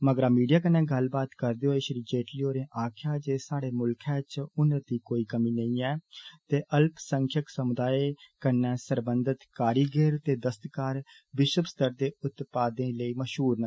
मगरा मीडिया कन्नै गल्लबात करदे होई श्री जेटली होरें आक्खेआ जे साढे मुल्खा च हुनर दी कोई कमी नेईं ऐ ते अल्पसंख्यक समुदाय कन्नै सरबंधित कारीगर ते दस्तकार विष्व स्तरै दे उत्पादे लेई मषहूर न